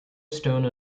stone